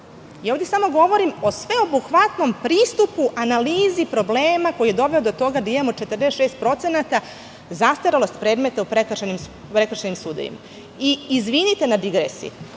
ja ovde samo govorim o sveobuhvatnom pristupu analizi problema koji je doveo do toga da imamo 46% zastarelost predmeta u prekršajnim sudovima. Izvinite na digresiji,